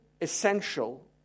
essential